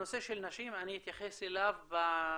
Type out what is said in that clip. הנושא של נשים, אני אתייחס אליו בסיכום.